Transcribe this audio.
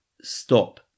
Stop